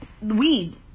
weed